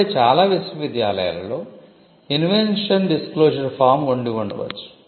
కాబట్టి చాలా విశ్వవిద్యాలయాలలో Invention Disclosure Form ఉండి ఉండవచ్చు